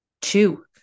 Two